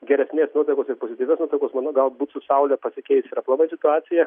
geresnės nuotaikos ir pozityvios nuotaikos mano galbūt su saule pasikeis ir aplamai situacija